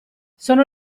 sono